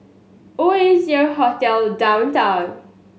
Oasia Hotel Downtown